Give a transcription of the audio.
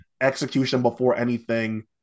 execution-before-anything